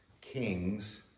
kings